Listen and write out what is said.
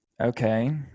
Okay